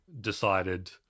decided